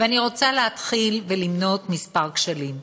ואני רוצה להתחיל ולמנות כמה כשלים.